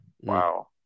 Wow